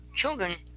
children